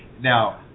Now